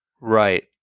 Right